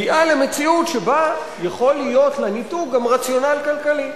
מגיעה למציאות שבה יכול להיות לניתוק גם רציונל כלכלי,